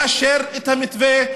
לאשר את המתווה.